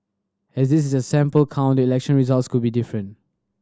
as this is a sample count the election result could be different